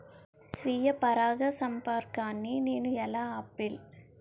స్వీయ పరాగసంపర్కాన్ని నేను ఎలా ఆపిల్?